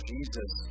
Jesus